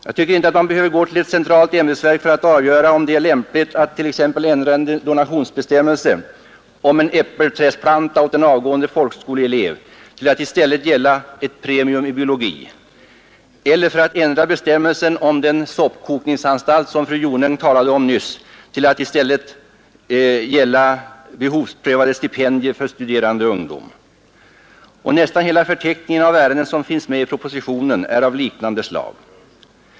Jag tycker inte att man behöver gå till ett centralt ämbetsverk för att få avgjort om det är lämpligt att t.ex. ändra en donationsbestämmelse om en äppelträdsplanta åt en avgående folkskoleelev till att i stället gälla ett premium i biologi eller för att ändra bestämmelsen om den soppkokningsanstalt som fru Jonäng talade om nyss till att i stället gälla behovsprövade stipendier för studerande ungdom. Nästan hela förteckningen av ärenden som finns med i propositionen är av liknande slag.